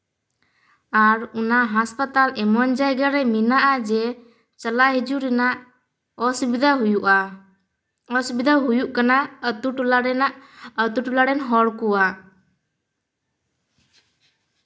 ᱟᱨ ᱚᱱᱟ ᱦᱟᱸᱥᱯᱟᱛᱟᱞ ᱮᱢᱚᱱ ᱡᱟᱭᱜᱟ ᱨᱮ ᱢᱮᱱᱟᱜᱼᱟ ᱡᱮ ᱪᱟᱞᱟᱜ ᱦᱤᱡᱩᱜ ᱨᱮᱱᱟᱜ ᱚᱥᱩᱵᱤᱫᱷᱟ ᱦᱩᱭᱩᱜᱼᱟ ᱚᱥᱩᱵᱤᱫᱷᱟ ᱦᱩᱭᱩᱜ ᱠᱟᱱᱟ ᱟᱹᱛᱩᱼᱴᱚᱞᱟ ᱨᱮᱱᱟᱜ ᱟᱛᱩᱼᱴᱚᱞᱟ ᱨᱮᱱ ᱦᱚᱲ ᱠᱚᱣᱟᱜ